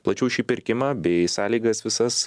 plačiau šį pirkimą bei sąlygas visas